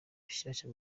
bushyashya